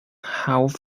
have